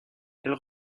elles